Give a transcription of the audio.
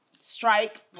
strike